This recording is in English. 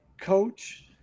coach